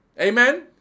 Amen